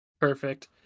Perfect